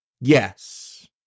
Yes